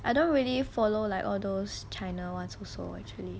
I don't really follow like all those china ones also actually